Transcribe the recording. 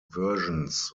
versions